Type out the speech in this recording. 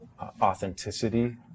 authenticity